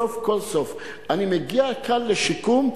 סוף כל סוף אני מגיע כאן לשיקום,